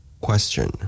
Question